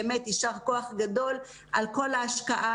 באמת יישר כוח גדול על כל ההשקעה.